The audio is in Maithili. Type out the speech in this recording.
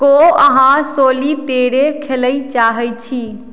की अहाँ सॉलितेरे खेलय चाहैत छी